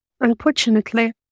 unfortunately